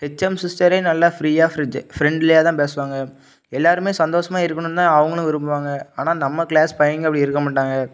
HM சிஸ்டரே நல்லா ஃப்ரீயாக ஃப்ரிஜ் ஃப்ரெண்ட்லியாக தான் பேசுவாங்க எல்லோருமே சந்தோஷமாக இருக்கணும்ன்னு தான் அவங்களும் விரும்புவாங்க ஆனால் நம்ம க்ளாஸ் பையங்க அப்படி இருக்க மாட்டாங்க